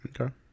Okay